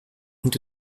into